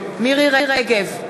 בעד מירי רגב,